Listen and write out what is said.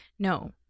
No